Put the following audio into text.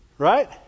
Right